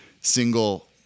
single